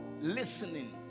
listening